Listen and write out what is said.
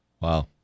Wow